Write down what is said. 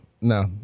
no